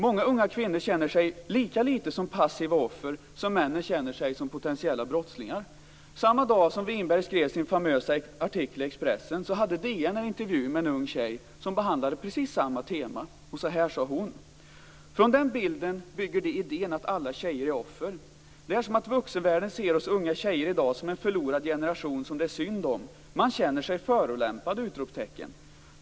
Många unga kvinnor känner sig lika lite som passiva offer som männen känner sig som potentiella brottslingar. Samma dag som Winberg skrev sin famösa artikel i Expressen hade DN en intervju med en ung tjej som behandlade precis samma tema. Så här sade hon: "Från den bilden bygger de idén att alla tjejer är offer. Det är som att vuxenvärlden ser oss unga tjejer i dag som en förlorad generation som det är synd om. Man känner sig förolämpad!